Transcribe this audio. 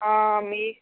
మీ